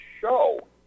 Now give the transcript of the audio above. show